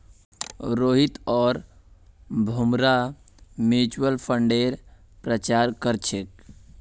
रोहित आर भूमरा म्यूच्यूअल फंडेर प्रचार कर छेक